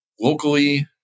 Locally